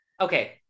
okay